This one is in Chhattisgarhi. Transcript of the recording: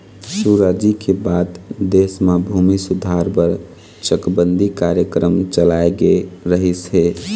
सुराजी के बाद देश म भूमि सुधार बर चकबंदी कार्यकरम चलाए गे रहिस हे